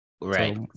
right